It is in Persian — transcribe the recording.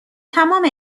تمام